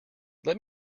let